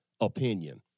opinion